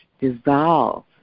dissolve